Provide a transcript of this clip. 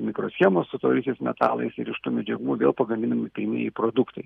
mikroschemos su tauriaisiais metalais ir iš tų medžiagų vėl pagaminami pirmieji produktai